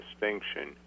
distinction